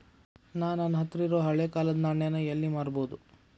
ನಾ ನನ್ನ ಹತ್ರಿರೊ ಹಳೆ ಕಾಲದ್ ನಾಣ್ಯ ನ ಎಲ್ಲಿ ಮಾರ್ಬೊದು?